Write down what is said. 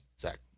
Zach